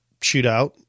shootout